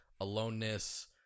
aloneness